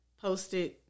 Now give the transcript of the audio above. posted